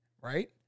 right